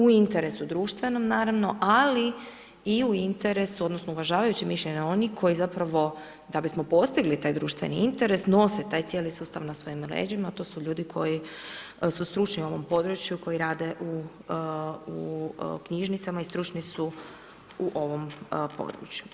U interesu društvenom, naravno, ali i u interesu, odnosno, uvažavajući mišljenje onih koji zapravo da bismo postigli taj društveni interes nosi taj cijeli sustav na sebe na leđima, to su ljudi koji su stručni u ovom području, koji rade u knjižnicama i stručni su u ovom području.